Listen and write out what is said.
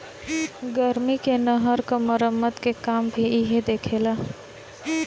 गर्मी मे नहर क मरम्मत के काम भी इहे देखेला